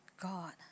God